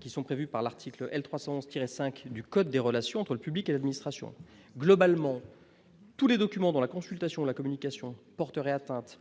qui sont prévues par l'article L. 300 ce tirer reste 5 du code des relations entre le public et l'administration globalement tous les documents dans la consultation, la communication porterait atteinte